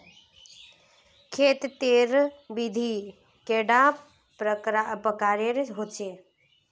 खेत तेर विधि कैडा प्रकारेर होचे?